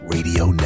Radio